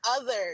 others